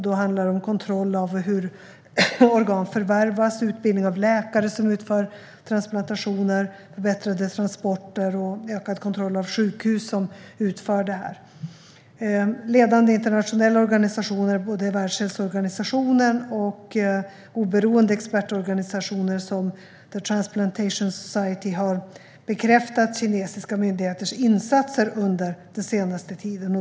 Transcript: Då handlar det om kontroll av hur organ förvärvas, utbildning av läkare som utför transplantationer, förbättrade transporter och ökad kontroll av sjukhus som utför detta. Ledande internationella organisationer - både Världshälsoorganisationen och oberoende expertorganisationer som The Transplantation Society - har bekräftat kinesiska myndigheters insatser under den senaste tiden.